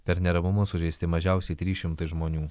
per neramumus sužeisti mažiausiai trys šimtai žmonių